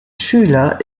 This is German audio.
schüler